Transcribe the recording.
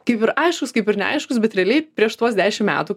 kaip ir aiškūs kaip ir neaiškūs bet realiai prieš tuos dešim metų